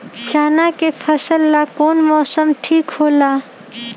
चाना के फसल ला कौन मौसम ठीक होला?